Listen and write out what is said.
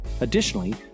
Additionally